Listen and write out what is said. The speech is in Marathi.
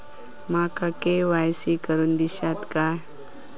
माका के.वाय.सी करून दिश्यात काय?